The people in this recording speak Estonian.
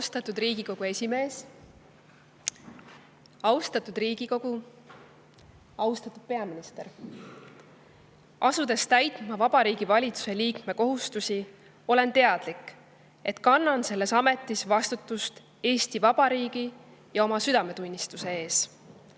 Austatud Riigikogu esimees! Austatud Riigikogu! Austatud peaminister! Asudes täitma Vabariigi Valitsuse liikme kohustusi, olen teadlik, et kannan selles ametis vastutust Eesti Vabariigi ja oma südametunnistuse ees.